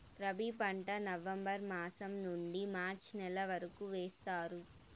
రబీ పంట నవంబర్ మాసం నుండీ మార్చి నెల వరకు వేస్తారు